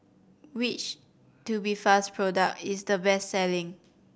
which Tubifast product is the best selling